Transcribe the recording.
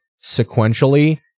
sequentially